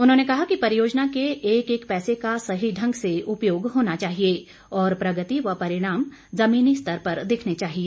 उन्होंने कहा कि परियोजना के एक एक पैसे का सही ढंग से उपयोग होना चाहिए और प्रगति व परिणाम जमीनी स्तर पर दिखने चाहिए